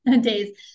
days